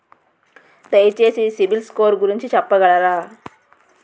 దయచేసి CIBIL score గురించి చెప్పగలరా?